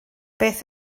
beth